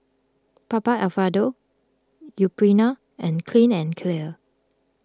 Papa Alfredo Purina and Clean and Clear